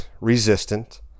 resistant